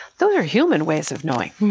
those are human ways of knowing.